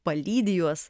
palydi juos